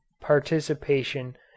participation